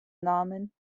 namen